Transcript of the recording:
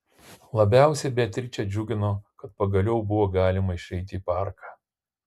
labiausiai beatričę džiugino kad pagaliau buvo galima išeiti į parką